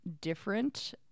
different